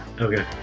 Okay